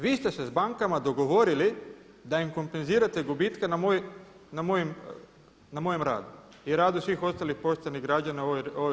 Vi ste se s bankama dogovorili da im kompenzirate gubitke na mojem radu i radu svih ostalih poštenih građana u ovoj RH.